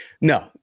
no